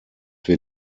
wir